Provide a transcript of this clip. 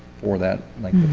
for that like